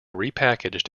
repackaged